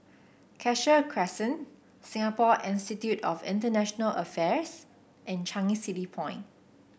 Cassia Crescent Singapore Institute of International Affairs and Changi City Point